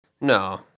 No